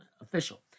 official